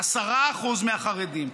10% מהחרדים,